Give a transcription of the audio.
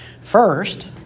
First